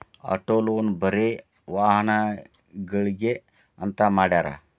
auto loan ಬರೆ ವಾಹನಗ್ಳಿಗೆ ಅಂತ್ ಮಾಡ್ಯಾರ